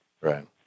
Right